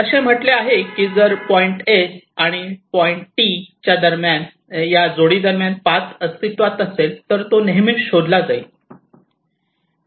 असे म्हटले आहे की जर पॉईंट एस आणि टी च्या जोडी दरम्यान पाथ अस्तित्वात असेल तर ते नेहमीच शोधला जाईल